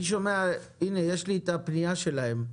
הינה, יש לי את הפנייה שלהם,